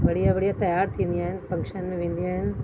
बढ़िया बढ़िया तयार थींदी आहिनि फंक्शन में वेंदी आहिनि